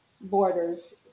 borders